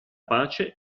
pace